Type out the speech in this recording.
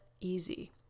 easy